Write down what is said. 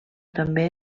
també